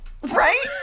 Right